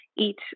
Eat